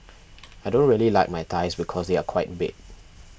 I don't really like my thighs because they are quite big